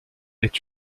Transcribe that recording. est